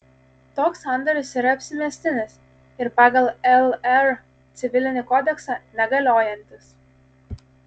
toks sandoris yra apsimestinis ir pagal lr civilinį kodeksą negaliojantis